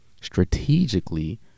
strategically